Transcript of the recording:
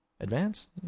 Advance